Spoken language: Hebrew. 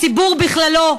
הציבור בכללו,